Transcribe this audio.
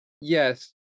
yes